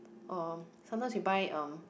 um sometimes you buy um